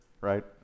right